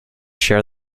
share